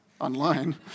online